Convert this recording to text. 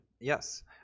yes